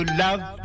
love